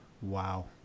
Wow